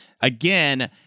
Again